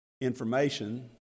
information